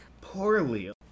Poorly